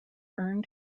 earned